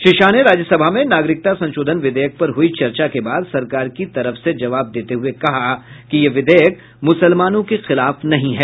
श्री शाह ने राज्यसभा में नागरिकता संशोधन विधेयक पर हुई चर्चा के बाद सरकार की तरफ से जवाब देते हुए कहा कि यह विधेयक मुसलमानों के खिलाफ नहीं है